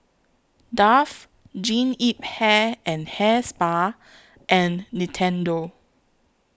Dove Jean Yip Hair and Hair Spa and Nintendo